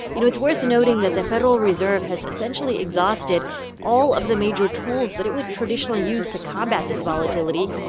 you know, it's worth noting that the federal reserve has essentially exhausted all of the major tools that it would traditionally use to combat this volatility.